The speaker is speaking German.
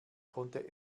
konnte